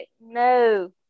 no